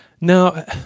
now